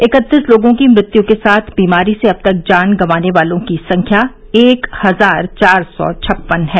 इकत्तीस लोगों की मृत्यु के साथ बीमारी से अब तक जान गंवाने वालों की संख्या एक हजार चार सौ छप्पन है